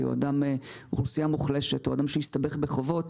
או אדם מאוכלוסייה מוחלשת או אדם שהסתבך בחובות,